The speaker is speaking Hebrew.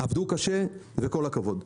עבדו קשה וכל הכבוד.